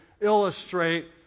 illustrate